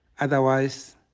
otherwise